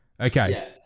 Okay